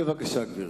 בבקשה, גברתי.